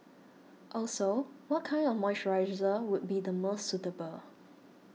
also what kind of moisturiser would be the most suitable